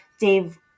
Dave